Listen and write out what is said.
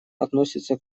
относятся